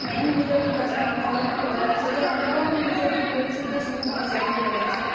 main Gujarati ભાષા અમદાવાદમાં બોલાય છે તે અમદાવાદમાં ગુજરાતી બોલે છે તે શુધ્ધ ગુજરાતી બોલાય છે